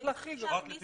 צריך להחריג אותם.